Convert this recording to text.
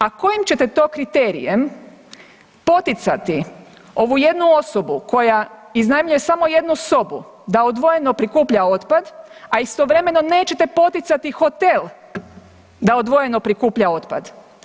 A kojim ćete to kriterijem poticati ovu jednu osobu koja iznajmljuje samo jednu sobu da odvojeno prikuplja otpad, a istovremeno nećete poticati hotel da odvojeno prikuplja otpad.